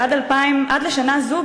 עד לשנה זו,